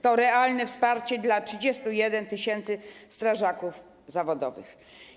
To realne wsparcie dla 31 tys. strażaków zawodowych.